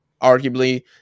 arguably